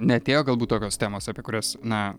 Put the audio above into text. neatėjo galbūt tokios temos apie kurias na